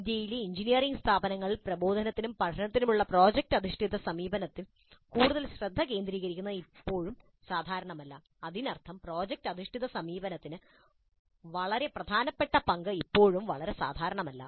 ഇന്ത്യയിലെ എഞ്ചിനീയറിംഗ് സ്ഥാപനങ്ങളിൽ പ്രബോധനത്തിനും പഠനത്തിനുമുള്ള പ്രോജക്റ്റ് അധിഷ്ഠിത സമീപനത്തിൽ കൂടുതൽ ശ്രദ്ധ കേന്ദ്രീകരിക്കുന്നത് ഇപ്പോഴും സാധാരണമല്ല അതിനർത്ഥം പ്രോജക്റ്റ് അധിഷ്ഠിത സമീപനത്തിന് വളരെ പ്രധാനപ്പെട്ട പങ്ക് ഇപ്പോഴും വളരെ സാധാരണമല്ല